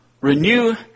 Renew